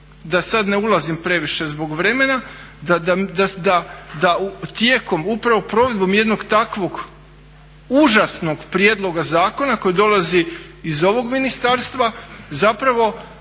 da sad ne ulazim previše zbog vremena da tijekom upravo provedbom jednog takvog užasnog prijedloga zakona koji dolazi iz ovog ministarstva zapravo